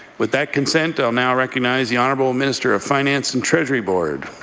with that consent, i'll now recognize the honourable minister of finance and treasury board.